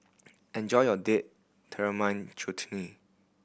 enjoy your Date Tamarind Chutney